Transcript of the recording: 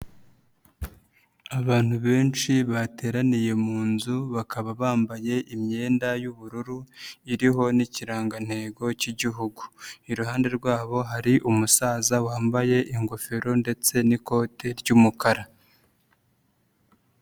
Abantu benshi bateraniye mu nzu bakaba bambaye imyenda y'ubururu iriho n'ikirangantego k'Igihugu, iruhande rwabo hari umusaza wambaye ingofero ndetse n'ikote ry'umukara.